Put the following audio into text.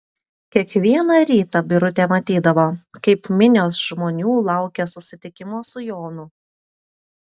kiekvieną rytą birutė matydavo kaip minios žmonių laukia susitikimo su jonu